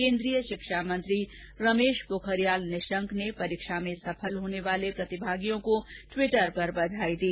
केन्द्रीय शिक्षा मंत्री रमेश पोखरियाल निशंक ने परीक्षा में सफल होने वाले प्रतिभागियों को ट्वीटर पर बधाई दी